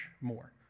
more